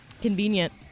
Convenient